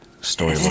story